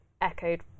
echoed